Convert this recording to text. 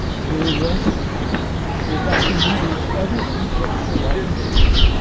were arrested without the media every contextualizing this,